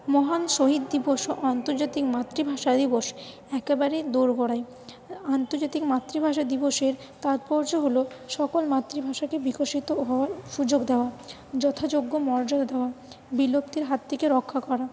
মহান শহিদ দিবস ও আন্তর্জাতিক মাতৃভাষা দিবস একেবারেই দোরগোড়ায় আন্তর্জাতিক মাতৃভাষা দিবসের তাৎপর্য হল সকল মাতৃভাষাকে বিকশিত হওয়ার সুযোগ দেওয়া যথাযোগ্য মর্যাদা দেওয়া বিলুপ্তির হাত থেকে রক্ষা করা